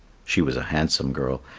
she was a handsome girl,